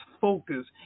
focus